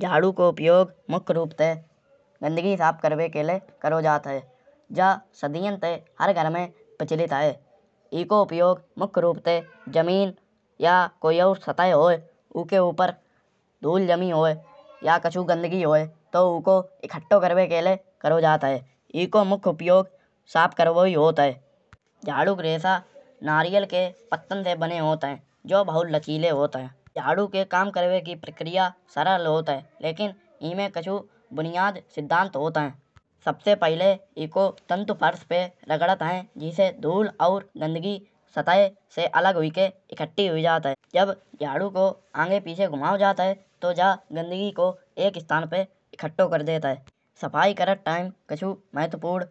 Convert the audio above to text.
झाड़ू को उपयोग मुख्य रूप से गंदगी साफ करिवे के लये करो जात है। जा सदियां से हर घर में प्रचलित है। एको उपयोग मुख्य रूप ते जमीन या कोई और सतह होये। ओके ऊपर धूल जमी होये। या कहू गंदगी होये तउ ओको इकट्ठे करिवे के लये करो जात है। एको मुख्य उपयोग साफ करिवो ही होत है। झाडू को रेशा नारियल के बने होत है। जो बहुत लचीले होत है। झाड़ू के काम करिवे की प्रक्रिया सरल होत है। लरकिन ईमे कच्छु बुनियाद सिद्धांत होत है। सबसे पहिले एको तंतु फर्श पे रगड़त है। जेसे धूल और गंदगी सतह से अलग हुई के इकट्ठी हुई जात है। जन झाडू को आगे पीछे घुमाओ जात है। तउ जा गंदगी को एक इस्तान पे इकट्ठो कर देत है। सफाई करत टाइम कच्छु महत्वपूर्ण